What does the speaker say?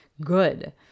good